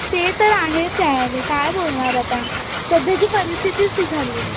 ते तर आहे ते आहे काय बोलणार आता सध्याची परिस्थितीच ती झाली आहे